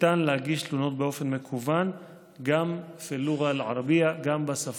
ניתן להגיש תלונות באופן מקוון גם פי לורה אל-ערבייה,